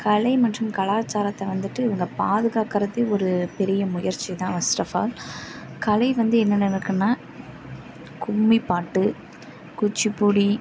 கலை மற்றும் கலாச்சாரத்தை வந்துட்டு இவங்க பாதுகாக்கிறதே ஒரு பெரிய முயற்சி தான் ஃபர்ஸ்ட் ஆஃப் ஆல் கலை வந்து என்னனென்ன இருக்குனால் கும்மிபாட்டு குச்சிப்பிடி